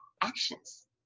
actions